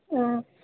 অঁ